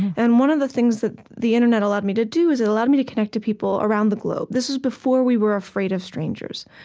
and one of the things that the internet allowed me to do is, it allowed me to connect to people around the globe. this is before we were afraid of strangers.